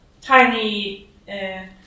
tiny